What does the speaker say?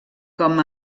com